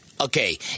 Okay